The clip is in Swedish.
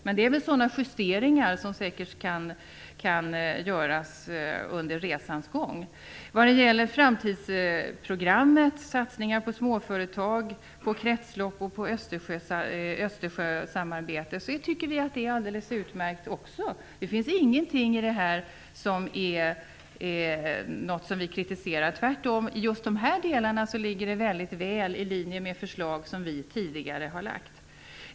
Men det är sådana justeringar som säkert kan göras under resans gång. Vad gäller framtidsprogrammet, satsningar på småföretag, på kretslopp och på Östersjösamarbetet tycker vi att också det är alldeles utmärkt. Det finns ingenting i detta som är något som vi kritiserar. Tvärtom ligger just dessa delar väldigt väl i linje med förslag som vi tidigare har lagt fram.